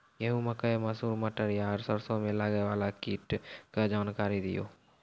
गेहूँ, मकई, मसूर, मटर आर सरसों मे लागै वाला कीटक जानकरी दियो?